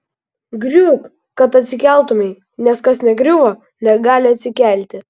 griūk kad atsikeltumei nes kas negriuvo negali atsikelti